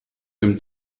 dem